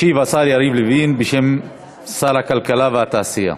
ישיב השר יריב לוין בשם שר הכלכלה והתעשייה.